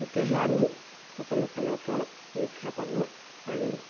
তেতিয়াহে আমি সকলো ফালৰ পৰাই ৰক্ষা পাব পাৰিম